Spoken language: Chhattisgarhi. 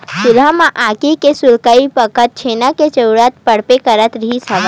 चूल्हा म आगी के सुलगई बखत छेना के जरुरत पड़बे करत रिहिस हवय